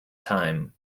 time